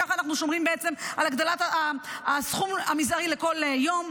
כך אנחנו שומרים בעצם על הגדלת הסכום המזערי לכל יום,